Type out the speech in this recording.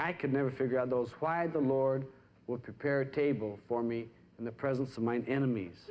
i could never figure out those why the lord would prepare table for me in the presence of mind enemies